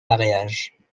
mariages